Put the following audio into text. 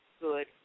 good